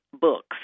books